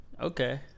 Okay